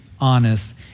honest